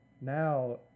now